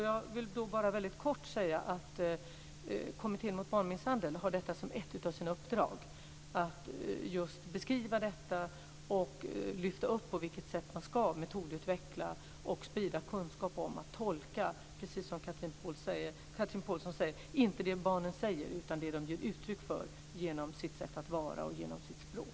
Jag vill bara kort säga att Kommittén mot barnmisshandel har som ett av sina uppdrag att beskriva detta och att lyfta upp på vilket sätt man ska metodutveckla och sprida kunskap om att tolka, precis som Chatrine Pålsson säger, inte det barnen säger utan det de ger uttryck för genom sitt sätt att vara och genom sitt språk.